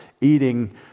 eating